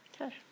Okay